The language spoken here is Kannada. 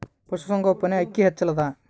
ಪಶುಸಂಗೋಪನೆ ಅಕ್ಕಿ ಹೆಚ್ಚೆಲದಾ?